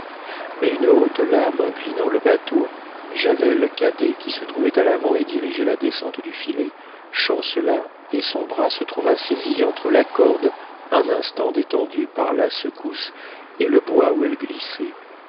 mais une haute lame inclinant le bateau javel cadet qui se trouvait à l'avant et dirigeait la descente du filet chancela et son bras se trouva saisi entre la corde un instant détendue par la secousse et le bois où elle glissait